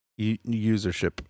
usership